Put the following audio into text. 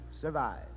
survive